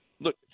look